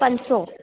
पंज सौ